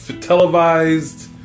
televised